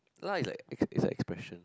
lah is like its its like a expression